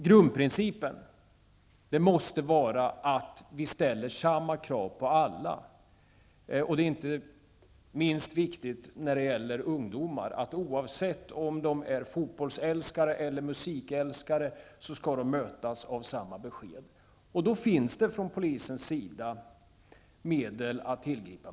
Grundprincipen måste vara att vi ställer samma krav på alla. Det är inte minst viktigt när det gäller ungdomar att oavsett om de är fotbollsälskare eller musikälskare skall de mötas av samma besked. Då finns det från polisens sida medel att tillgripa.